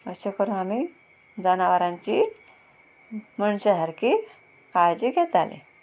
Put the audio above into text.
अशें करून आमी जनावरांची मणशां सारकी काळजी घेतालीं